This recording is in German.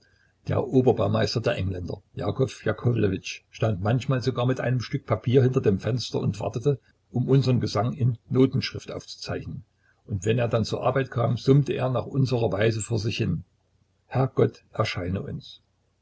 der oberbaumeister der engländer jakow jakowlewitsch stand manchmal sogar mit einem stück papier hinter dem fenster und wartete um unsern gesang in notenschrift aufzuzeichnen und wenn er dann zur arbeit kam summte er nach unserer weise vor sich hin herr gott erscheine uns